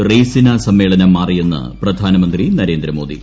റെയ്സിന സമ്മേളനം മാറിയെന്ന് പ്രധാനമന്ത്രി നരേന്ദ്രമോദി